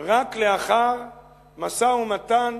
רק לאחר משא-ומתן